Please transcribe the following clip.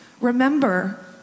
remember